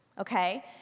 Okay